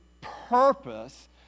purpose